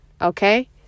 okay